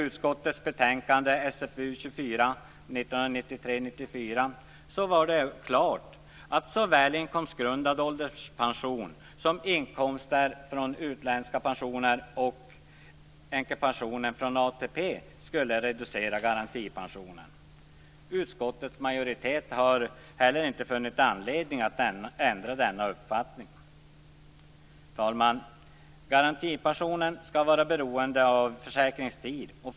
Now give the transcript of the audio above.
var det klart att såväl inkomstgrundad ålderspension som inkomster från utländska pensioner och änkepensionen från ATP skulle reducera garantipensionen. Utskottets majoritet har inte heller funnit anledning att ändra denna uppfattning. Herr talman! Garantipensionen skall vara beroende av försäkringstiden.